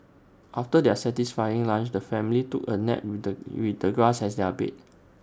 after their satisfying lunch the family took A nap with the with the grass as their bed